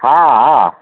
ହଁ ହଁ